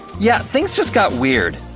yeah things just got weird.